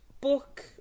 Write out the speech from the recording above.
book